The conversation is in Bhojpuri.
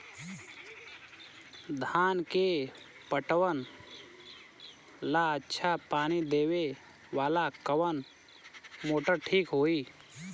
धान के पटवन ला अच्छा पानी देवे वाला कवन मोटर ठीक होई?